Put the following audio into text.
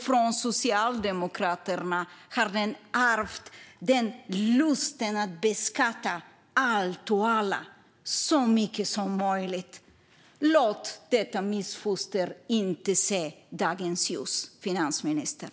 Från Socialdemokraterna har det ärvt lusten att beskatta allt och alla så mycket som möjligt. Låt inte detta missfoster se dagens ljus, finansministern!